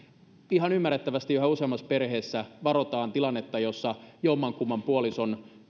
ihan ymmärrettävästi yhä useammassa perheessä varotaan tilannetta jossa jommankumman puolison